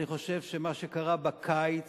אני חושב שמה שקרה בארץ